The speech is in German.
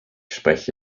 spreche